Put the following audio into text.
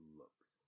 looks